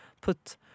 put